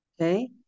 Okay